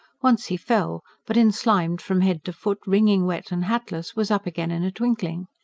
once he fell, but, enslimed from head to foot, wringing wet and hatless, was up again in a twinkling.